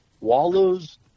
wallow's